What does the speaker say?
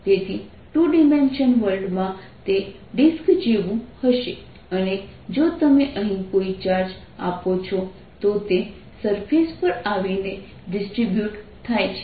તેથી two dimensional વર્લ્ડમાં તે ડિસ્ક જેવું હશે અને જો તમે અહીં કોઈ ચાર્જ આપો છો તો તે સરફેસ પર આવીને ડિસ્ટ્રિબ્યૂટ થાય છે